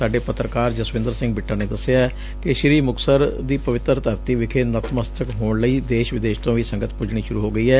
ਸਾਡੇ ਪੱਤਰਕਾਰ ਜਸਵਿੰਦਰ ਸਿੰਘ ਬਿੱਟਾ ਨੇ ਦਸਿਐ ਕਿ ਸ੍ਰੀ ਮੁਕਤਸਰ ਦੀ ਪਵਿੱਤਰ ਧਰਤੀ ਵਿਖੇ ਨਤਮਸਤਕ ਹੋਣ ਲਈ ਦੇਸ਼ ਵਿਦੇਸ਼ ਤੋ ਵੀ ਸੰਗਤ ਪੁੱਜਣੀ ਸ਼ੁਰੂ ਹੋ ਗਈ ਐ